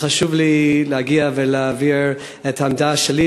היה חשוב לי להגיע ולהבהיר את העמדה שלי,